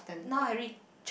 now I read